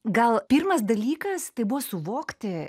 gal pirmas dalykas tai buvo suvokti